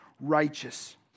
righteous